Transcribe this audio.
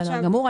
בסדר גמור.